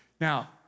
Now